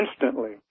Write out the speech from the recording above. instantly